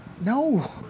No